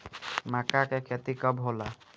माका के खेती कब होला?